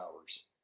hours